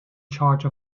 charge